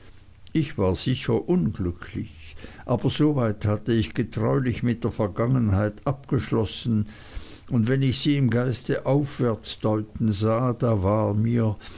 ich war sicher unglücklich aber so weit hatte ich getreulich mit der vergangenheit abgeschlossen und wenn ich sie im geiste aufwärts deuten sah da war mir